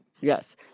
yes